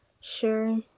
Sure